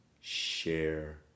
share